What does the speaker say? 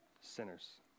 sinners